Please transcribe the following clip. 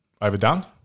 overdone